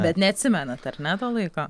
bet neatsimenat ar ne to meto laiko